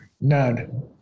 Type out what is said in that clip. none